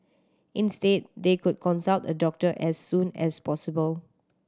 instead they could consult a doctor as soon as possible